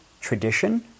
tradition